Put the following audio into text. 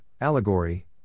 allegory